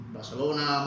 Barcelona